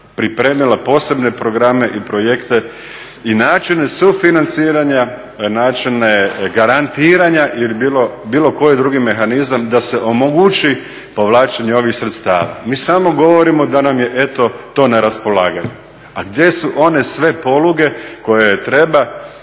pripremila posebne programe i projekte i načine sufinanciranja, načine garantiranja ili bilo koji drugi mehanizam da se omogući povlačenje ovih sredstava. Mi samo govorimo da nam je to eto to na raspolaganju. A gdje su one sve poluge koje treba